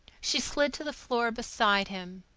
she slid to the floor beside him,